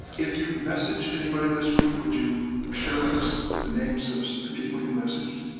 if you messaged anybody this week, would you share with us the names of the people you messaged.